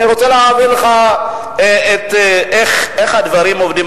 אני רוצה להעביר לך איך הדברים עובדים,